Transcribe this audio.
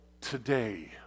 today